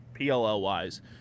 PLL-wise